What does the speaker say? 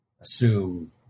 assume